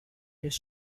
his